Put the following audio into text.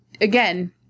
again